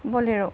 bolero